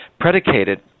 Predicated